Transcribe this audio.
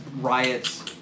riots